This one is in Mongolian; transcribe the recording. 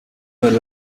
морь